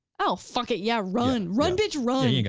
oh, fuck it, yeah run, run bitch, run.